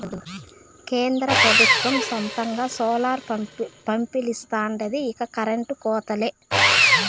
కేంద్ర పెబుత్వం సొంతంగా సోలార్ పంపిలిస్తాండాది ఇక కరెంటు కోతలే